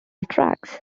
tracks